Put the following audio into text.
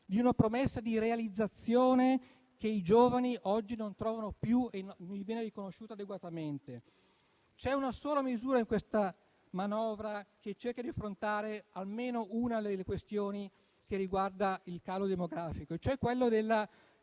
di una promessa di realizzazione che oggi non trovano più e che non viene loro riconosciuta adeguatamente. C'è una sola misura in questa manovra che cerca di affrontare almeno una delle questioni che riguarda il calo demografico, cioè il taglio